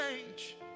change